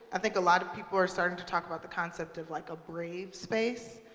ah think a lot of people are starting to talk about the concept of like a brave space.